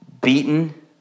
beaten